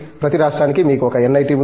ప్రతి రాష్ట్రానికి మీకు 1 ఎన్ఐటి ఉంది